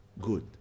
good